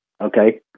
okay